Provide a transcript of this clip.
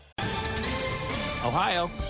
Ohio